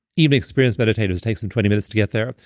even experienced meditators takes them twenty minutes to get there.